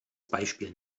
beispiel